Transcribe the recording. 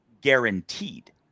guaranteed